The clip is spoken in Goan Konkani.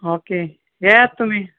ओके येयात तुमी